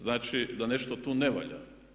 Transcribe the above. Znači da nešto tu ne valja.